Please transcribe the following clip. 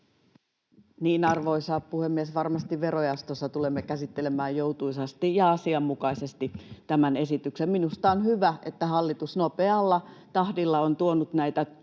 Arvoisa puhemies! Varmasti verojaostossa tulemme käsittelemään joutuisasti ja asianmukaisesti tämän esityksen. Minusta on hyvä, että hallitus nopealla tahdilla on tuonut näitä